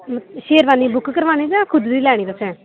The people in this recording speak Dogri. शेरवानी बुक करानी जां खुद बी लैनी तुसें